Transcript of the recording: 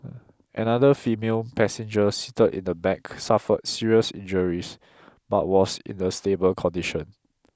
another female passenger seated in the back suffered serious injuries but was in a stable condition